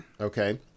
Okay